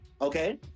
okay